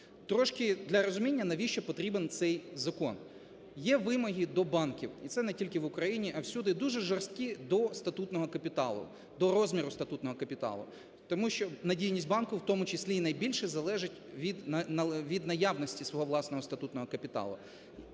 Трошки для розуміння, навіщо потрібен цей закон. Є вимоги до банків, і це не тільки в Україні, а всюди дуже жорсткі до статутного капіталу, до розміру статутного капіталу. Тому що надійність банку у тому числі найбільше залежить від наявності свого власного статутного капіталу.